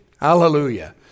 Hallelujah